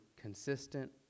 consistent